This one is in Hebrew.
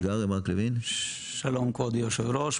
שלום כבוד היושב-ראש,